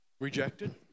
Rejected